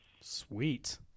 Sweet